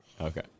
Okay